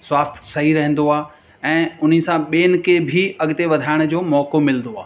स्वास्थ्य सही रहंदो आहे ऐं उन सां ॿियनि खे बि अॻिते वधाइण जो मौको मिलंदो आहे